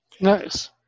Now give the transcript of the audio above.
Nice